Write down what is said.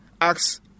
acts